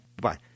bye